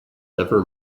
ever